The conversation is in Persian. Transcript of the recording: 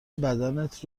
بدنت